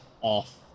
off